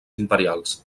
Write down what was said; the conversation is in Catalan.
imperials